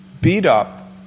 beat-up